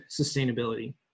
sustainability